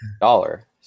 dollar